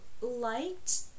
liked